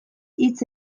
hitz